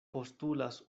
postulas